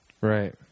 Right